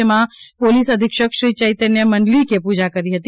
જેમાં પોલીસ અધિક્ષક શ્રી ચૈતન્ય મંડલિકે પૂજા કરી હતી